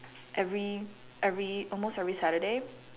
every every almost every Saturday